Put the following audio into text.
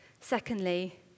Secondly